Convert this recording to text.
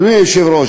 אדוני היושב-ראש,